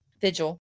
vigil